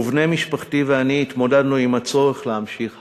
ובני משפחתי ואני התמודדנו עם הצורך להמשיך הלאה.